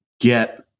get